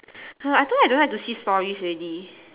I told you I don't like to see stories already